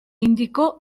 indicó